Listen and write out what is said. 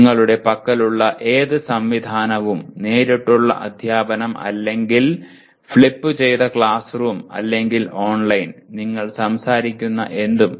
നിങ്ങളുടെ പക്കലുള്ള ഏത് സംവിധാനവും നേരിട്ടുള്ള അധ്യാപനം അല്ലെങ്കിൽ ഫ്ലിപ്പുചെയ്ത ക്ലാസ് റൂം അല്ലെങ്കിൽ ഓൺലൈൻ നിങ്ങൾ സംസാരിക്കുന്ന എന്തും